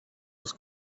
his